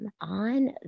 on